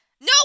no